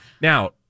Now